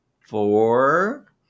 four